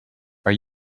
are